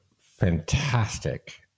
fantastic